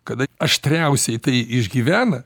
kada aštriausiai tai išgyvena